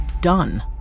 Done